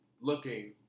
looking